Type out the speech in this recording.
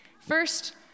First